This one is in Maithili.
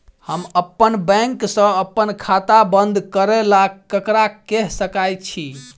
हम अप्पन बैंक सऽ अप्पन खाता बंद करै ला ककरा केह सकाई छी?